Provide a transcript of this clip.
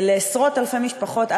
לעשרות-אלפי משפחות,